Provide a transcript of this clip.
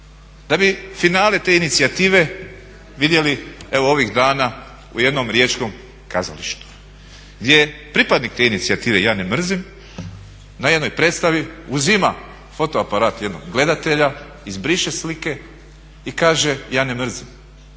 da bi finale te inicijative vidjeli evo ovih dana u jednom riječkom kazalištu, gdje pripadnik te inicijative "Ja ne mrzim" na jednoj predstavi uzima fotoaparat jednog gledatelja, izbriše slike i kaže "Ja ne mrzim."